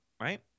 right